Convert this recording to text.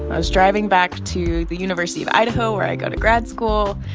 i was driving back to the university of idaho, where i go to grad school,